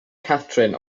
catrin